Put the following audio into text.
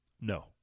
No